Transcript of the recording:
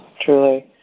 truly